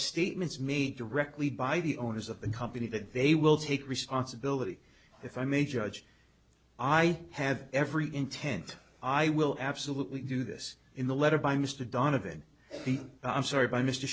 statements made directly by the owners of the company that they will take responsibility if i'm a judge i have every intent i will absolutely do this in the letter by mr donovan i'm sorry by mr